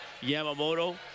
Yamamoto